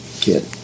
kid